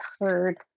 heard